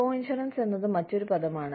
coinsurance എന്നത് മറ്റൊരു പദമാണ്